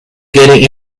getting